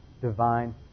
divine